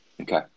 Okay